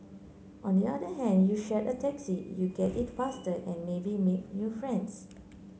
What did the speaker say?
on the other hand you share a taxi you get it faster and maybe make new friends